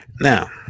Now